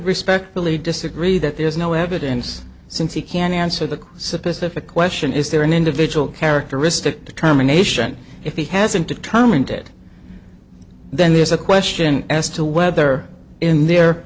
respectfully disagree that there is no evidence since he can answer the suppose if a question is there an individual characteristic determination if he hasn't determined it then there's a question as to whether in their